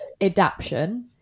adaption